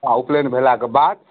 आ उपनयन भेलाके बाद